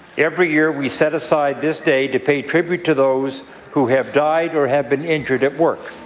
every year, we set aside this day to pay tribute to those who have died or have been injured at work.